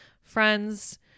friends